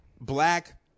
black